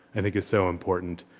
i think it's so important.